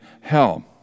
hell